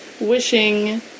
wishing